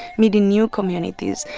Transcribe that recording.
meeting new communities,